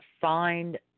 find